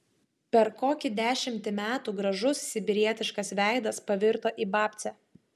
per kokį dešimtį metų gražus sibirietiškas veidas pavirto į babcę